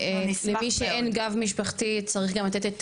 שלמי שאין גב משפחתי צריך גם לתת את